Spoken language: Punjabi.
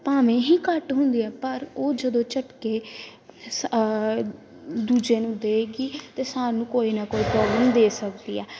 ਭਾਵੇਂ ਹੀ ਘੱਟ ਹੁੰਦੀ ਹੈ ਪਰ ਉਹ ਜਦੋਂ ਝਟਕੇ ਸ ਦੂਜੇ ਨੂੰ ਦਏਗੀ ਅਤੇ ਸਾਨੂੰ ਕੋਈ ਨਾ ਕੋਈ ਪ੍ਰੋਬਲਮ ਦੇ ਸਕਦੀ ਹੈ